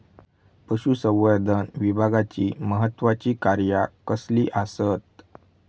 पशुसंवर्धन विभागाची महत्त्वाची कार्या कसली आसत?